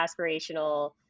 aspirational